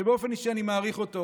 שבאופן אישי אני מעריך אותו